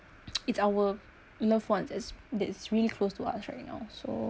it's our loved ones that's that's really close to us right now so